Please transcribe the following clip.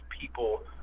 people